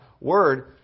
word